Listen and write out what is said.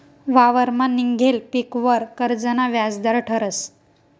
वावरमा निंघेल पीकवर कर्जना व्याज दर ठरस